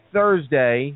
Thursday